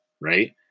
right